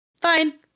fine